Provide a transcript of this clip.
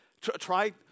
Try